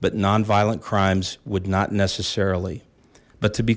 but non violent crimes would not necessarily but to be